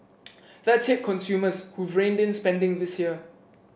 that's hit consumers who've reined in spending this year